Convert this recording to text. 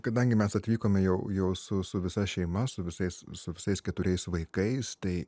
kadangi mes atvykome jau jau su su visa šeima su visais su visais keturiais vaikais tai